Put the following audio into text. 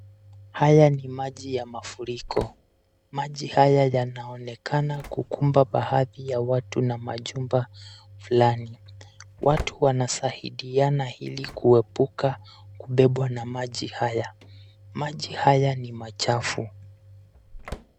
Hapa ni maji ya mafuriko. Maji haya yanaonekana kukumba baadhi ya watu na majumba fulani. Watu wanasaidiana ili kuepuka kubebwa na maji haya. Maji haya ni machafu.